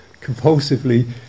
compulsively